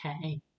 okay